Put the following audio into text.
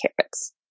carrots